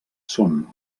són